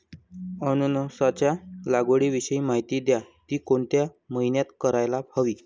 अननसाच्या लागवडीविषयी माहिती द्या, ति कोणत्या महिन्यात करायला हवी?